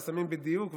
ושמים בדיוק,